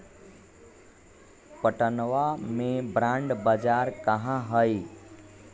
पटनवा में बॉण्ड बाजार कहाँ हई?